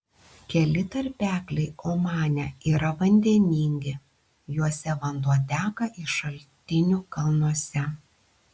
keli tarpekliai omane yra vandeningi juose vanduo teka iš šaltinų kalnuose